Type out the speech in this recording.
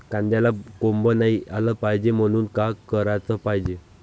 कांद्याला कोंब नाई आलं पायजे म्हनून का कराच पायजे?